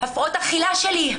הפרעות האכילה שלי.